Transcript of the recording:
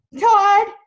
Todd